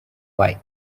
why